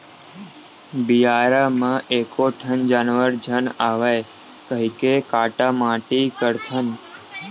बियारा म एको ठन जानवर झन आवय कहिके काटा माटी करथन